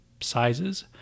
sizes